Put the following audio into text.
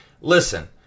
Listen